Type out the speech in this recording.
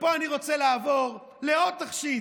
ופה אני רוצה לעבור לעוד תכשיט,